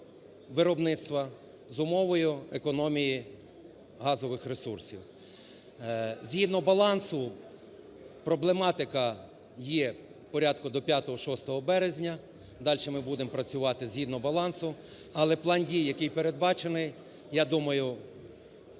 з умовою економії газових ресурсів. Згідно балансу проблематика є порядку до 5-6 березня, далі ми будемо працювати згідно балансу. Але план дій, який передбачений, я думаю,